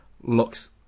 looks